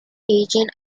agents